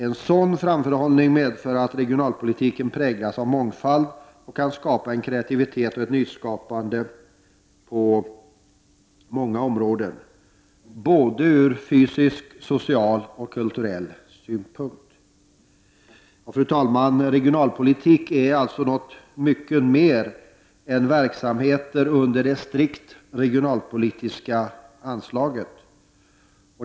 En sådan framförhållning medför att regionalpolitiken präglas av mångfald och kan främja kreativitet och nyskapande på många områden — ur både fysisk, social och kulturell synpunkt. Fru talman! Regionalpolitik är alltså något mycket mer än verksamheter under det strikta regionalpolitiska anslaget.